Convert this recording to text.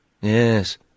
Yes